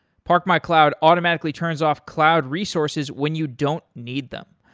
parkmycloud automatically turns off cloud resources when you don't need them.